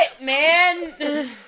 man